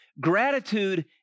Gratitude